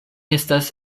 estas